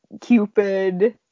Cupid